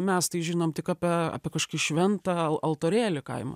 mes tai žinom tik ape ape kažkokį šventą altorėlį kaimo